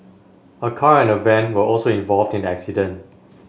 a car and a van were also involved in the accident